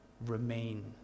remain